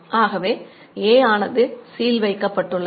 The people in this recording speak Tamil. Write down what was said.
ஆகவே A ஆனது சீல் வைக்கப்பட்டுள்ளது